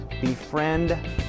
befriend